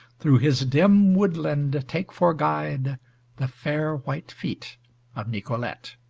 through his dim woodland take for guide the fair white feet of nicolete.